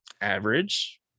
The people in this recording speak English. Average